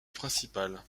principale